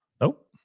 Nope